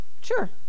Sure